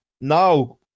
now